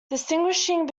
distinguishing